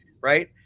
right